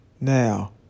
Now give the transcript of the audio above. Now